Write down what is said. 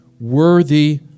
worthy